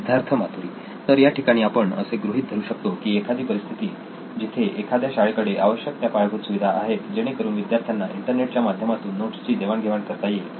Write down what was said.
सिद्धार्थ मातुरी तर या ठिकाणी आपण असे गृहीत धरू शकतो की एखादी परिस्थिती जिथे एखाद्या शाळेकडे आवश्यक त्या पायाभूत सुविधा आहेत जेणेकरून विद्यार्थ्यांना इंट्रानेट च्या माध्यमातून नोट्सची देवाण घेवाण करता येईल